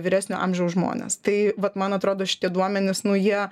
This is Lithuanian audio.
vyresnio amžiaus žmonės tai vat man atrodo šitie duomenys nu jie